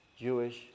Jewish